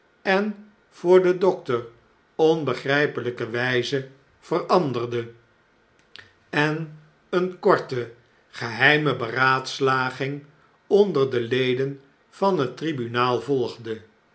en voor den dokter onbegrjjpeljjke stilte te midden van den storm wjjze veranderde en eene korte geheime beraadslaging onder de leden van het tribunaal volgde